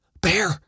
Bear